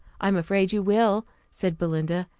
i'm afraid you will, said belinda.